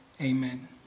amen